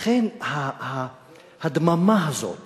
לכן הדממה הזאת